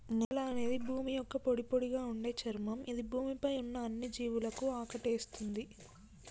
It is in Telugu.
నేల అనేది భూమి యొక్క పొడిపొడిగా ఉండే చర్మం ఇది భూమి పై ఉన్న అన్ని జీవులను ఆకటేస్తుంది